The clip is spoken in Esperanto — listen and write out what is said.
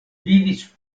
vivis